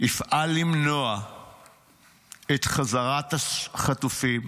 יפעל למנוע את חזרת החטופים,